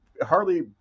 hardly